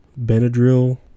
Benadryl